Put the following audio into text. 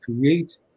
create